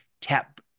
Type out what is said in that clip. tap